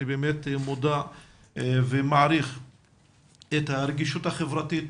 אני באמת מודע ומעריך את הרגישות החברתית